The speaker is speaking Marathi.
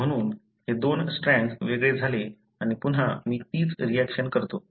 म्हणून हे दोन स्ट्रॅन्डस वेगळे झाले आणि पुन्हा मी तीच रिऍक्शन करतो